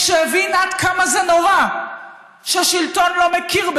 לכולנו יש את הכבוד שלנו ואת השם שלנו.